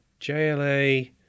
JLA